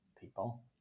people